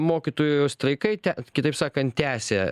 mokytojų streikai ten kitaip sakant tęsia